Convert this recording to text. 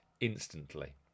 instantly